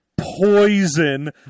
poison